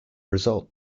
result